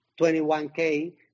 21K